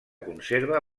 conserva